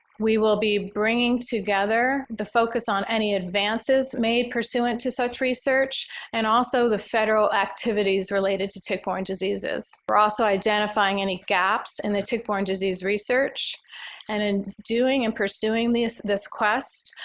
we will be bringing together the focus on any advances made pursuant to such research and also the federal activities related to tick-borne diseases. we're also identifying any gaps in the tick-borne disease research and in doing and pursuing this this quest,